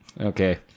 Okay